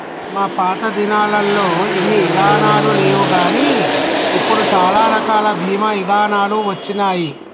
మా పాతదినాలల్లో ఇన్ని ఇదానాలు లేవుగాని ఇప్పుడు సాలా రకాల బీమా ఇదానాలు వచ్చినాయి